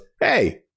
hey